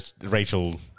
Rachel